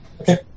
Okay